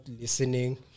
listening